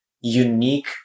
unique